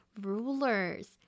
rulers